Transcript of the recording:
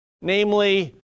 Namely